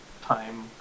time